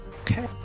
Okay